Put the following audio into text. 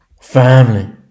Family